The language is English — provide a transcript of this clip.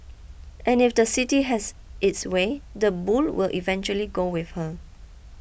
and if the city has its way the bull will eventually go with her